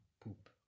poop